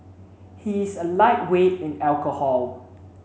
he is a lightweight in alcohol